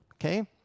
okay